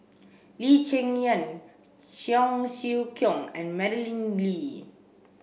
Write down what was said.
Lee Cheng Yan Cheong Siew Keong and Madeleine Lee